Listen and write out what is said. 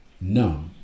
No